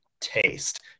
taste